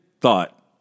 thought